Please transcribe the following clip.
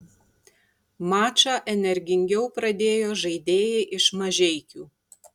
mačą energingiau pradėjo žaidėjai iš mažeikių